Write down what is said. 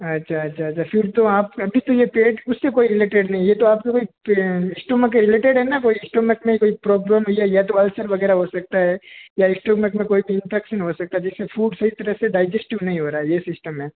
अच्छा अच्छा अच्छा फिर तो आप अभी के लिए पेट उस से कोई रिलेटेड नहीं है ये तो आपका कोई स्टमक के रिलेटेड है ना कोई स्टमक में कोई प्रॉब्लम है या अलसर वग़ैरह हो सकता है या स्टमक में कोई भी इंफेक्शन हो सकता है जिस से फूड सही तरह से डाइजेस्टीव नहीं हो रहा है ये सिस्टम है